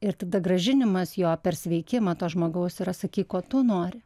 ir tada grąžinimas jo per sveikimą to žmogaus yra sakyk ko tu nori